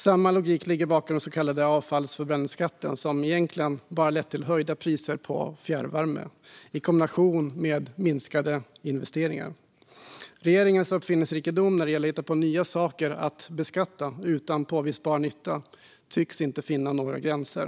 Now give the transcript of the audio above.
Samma logik ligger bakom den så kallade avfallsförbränningsskatten, som egentligen bara har lett till höjda priser på fjärrvärme i kombination med minskade investeringar. Regeringens uppfinningsrikedom när det gäller att hitta på nya saker att beskatta utan påvisbar nytta tycks inte finna några gränser.